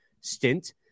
stint